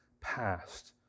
past